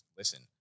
listen